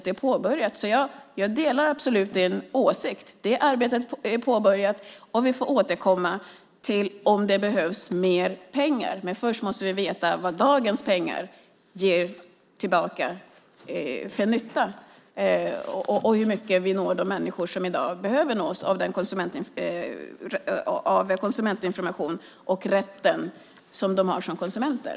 Jag delar absolut din åsikt. Men det arbetet är påbörjat, och vi får återkomma till om det behövs mer pengar. Men först måste vi veta vad dagens pengar ger tillbaka för nytta och hur väl vi når de människor som i dag behöver nås av konsumentinformation och information om den rätt de har som konsumenter.